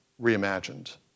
reimagined